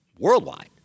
Worldwide